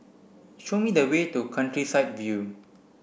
show me the way to Countryside View